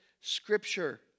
scripture